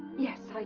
yes, i